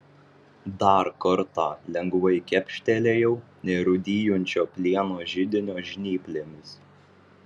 dar kartą lengvai kepštelėjau nerūdijančio plieno židinio žnyplėmis